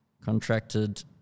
contracted